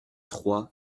trois